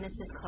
Mrs